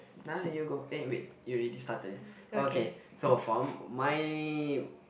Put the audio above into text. nah you go eh wait you already started already okay so from my